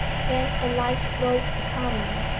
then a light broke upon me.